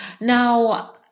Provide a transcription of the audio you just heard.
Now